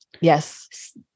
Yes